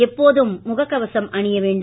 எப்போதும் முகக் கவசம் அணிய வேண்டும்